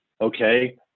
Okay